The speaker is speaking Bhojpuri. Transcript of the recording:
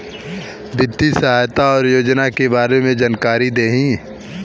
वित्तीय सहायता और योजना के बारे में जानकारी देही?